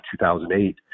2008